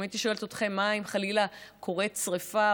אם הייתי שואלת אתכם: מה אם חלילה קורית שרפה,